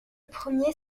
premier